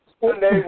Sunday